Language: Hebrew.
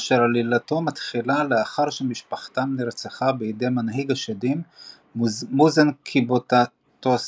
אשר עלילתו מתחילה לאחר שמשפחתם נרצחה בידי מנהיג השדים מוזן קיבוטסוג'י